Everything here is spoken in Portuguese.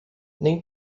nem